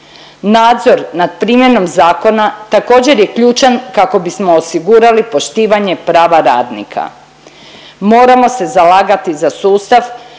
Nadzor nad primjenom zakona također je ključan kako bismo osigurali poštivanje prava radnika. Moramo se zalagati za sustav